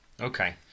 Okay